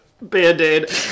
band-aid